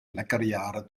lekrjahre